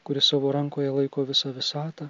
kuris savo rankoje laiko visą visatą